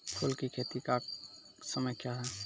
फुल की खेती का समय क्या हैं?